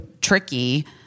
tricky